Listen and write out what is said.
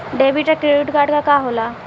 Debit या credit card का होला?